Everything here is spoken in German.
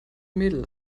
mädel